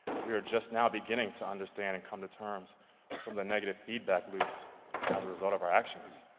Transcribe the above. we are just now beginning to understand and come to terms with some of the negative feedback loops as a result of our actions.